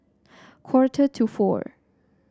quarter to four